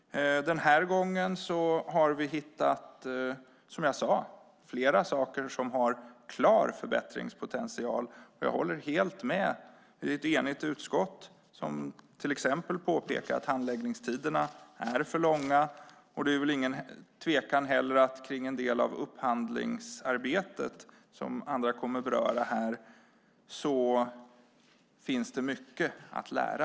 Den här gången har vi, som jag tidigare sagt, hittat flera saker som har en klar förbättringspotential, så jag håller helt med. Ett enigt utskott påpekar till exempel att handläggningstiderna är för långa. Det råder väl inte någon tvekan om att det när det gäller en del av upphandlingsarbetet, som andra här kommer att beröra, finns mycket att lära.